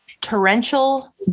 torrential